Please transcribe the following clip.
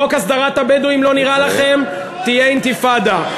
חוק הסדרת הבדואים לא נראה לכם, תהיה אינתיפאדה.